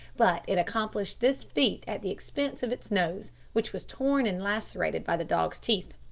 but it accomplished this feat at the expense of its nose, which was torn and lacerated by the dog's teeth.